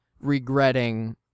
regretting